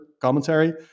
commentary